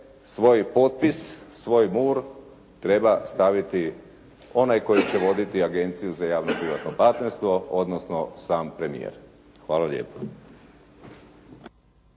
svoj potpis, svoj mur treba staviti onaj koji će voditi Agenciju za javno-privatno partnerstvo, odnosno sam premijer. Hvala lijepa.